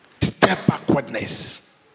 Step-backwardness